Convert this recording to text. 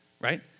right